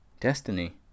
Destiny